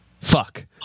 fuck